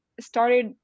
started